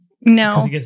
no